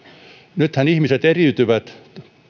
nythän ihmiset eriytyvät